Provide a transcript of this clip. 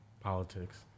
politics